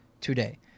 today